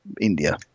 India